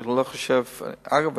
אגב,